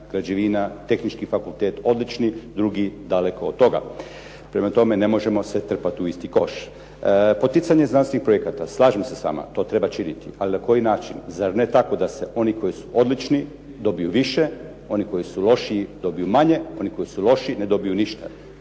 građevina, tehnički fakultet odlični, drugi daleko od toga. Prema tome, ne možemo sve trpati u isti koš. Poticanje znanstvenih projekata, slažem se s vama to treba činiti, ali na koji način. zar ne tako da se oni koji su odlični, dobiju više, oni koji su lošiji dobiju manje, oni koji su loši ne dobiju ništa.